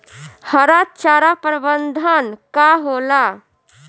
हरा चारा प्रबंधन का होला?